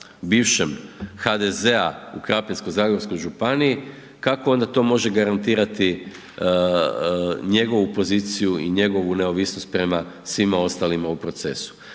bivšem HDZ-a u Krapinsko-zagorskoj županiji, kako onda to može garantirati njegovu poziciju i njegovu neovisnost prema svima ostalima u procesu.